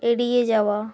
এড়িয়ে যাওয়া